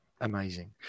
amazing